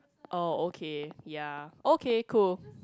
oh okay ya okay cool